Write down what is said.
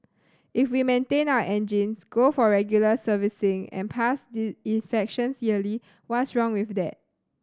if we maintain our engines go for regular servicing and pass the inspections yearly what's wrong with that